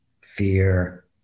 fear